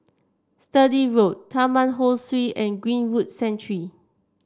Sturdee Road Taman Ho Swee and Greenwood Sanctuary